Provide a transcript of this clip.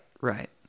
Right